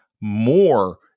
more